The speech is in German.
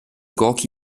gorki